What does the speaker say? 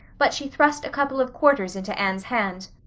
but she thrust a couple of quarters into anne's hand.